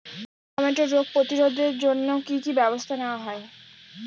টমেটোর রোগ প্রতিরোধে জন্য কি কী ব্যবস্থা নেওয়া হয়?